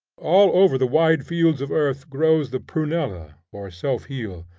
all over the wide fields of earth grows the prunella or self-heal.